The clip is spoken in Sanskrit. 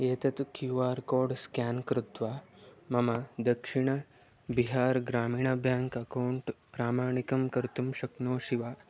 एतत् क्यू आर् कोड् स्केन् कृत्वा मम दक्षिणबिहार् ग्रामिण बेङ्क् अकौण्ट् प्रामाणिकं कर्तुं शक्नोषि वा